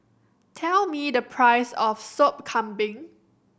tell me the price of Sop Kambing